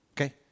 Okay